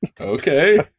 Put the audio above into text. Okay